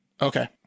Okay